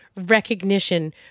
recognition